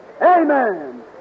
Amen